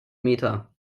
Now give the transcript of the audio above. meter